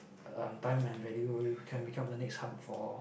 um time and value we can become the next hub for